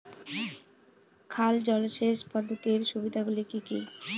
খাল জলসেচ পদ্ধতির সুবিধাগুলি কি কি?